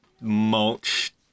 mulch